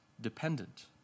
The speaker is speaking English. dependent